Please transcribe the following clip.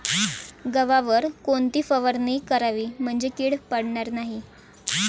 गव्हावर कोणती फवारणी करावी म्हणजे कीड पडणार नाही?